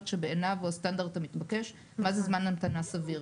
שבעיניו הוא הסטנדרט המתבקש לזמן המתנה סביר.